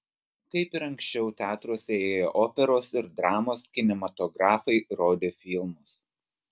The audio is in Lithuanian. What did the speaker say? kaip ir anksčiau teatruose ėjo operos ir dramos kinematografai rodė filmus